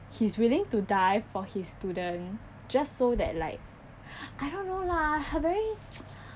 he's willing to die for his student just so that like I don't know lah very